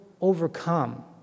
overcome